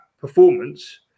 performance